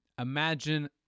Imagine